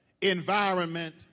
environment